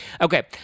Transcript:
Okay